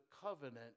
covenant